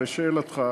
לשאלתך,